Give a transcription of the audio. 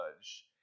judge